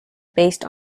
based